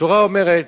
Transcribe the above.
התורה אומרת: